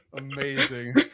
amazing